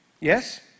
Yes